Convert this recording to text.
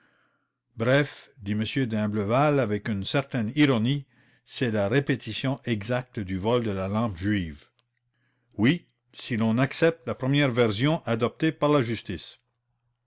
bref dit m d'imblevalle avec une certaine ironie c'est la répétition exacte du vol de la lampe juive si l'on accepte la première version admise par la justice